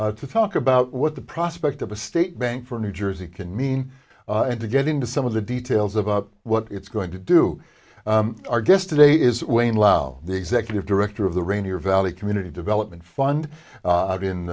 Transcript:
to talk about what the prospect of a state bank for new jersey can mean and to get into some of the details about what it's going to do our guest today is wayne lauder the executive director of the rainier valley community development fund